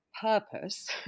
purpose